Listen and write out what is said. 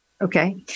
Okay